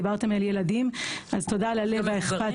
דיברתם על ילדים, אז תודה על הלב והאכפתיות.